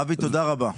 אבי, תודה רבה.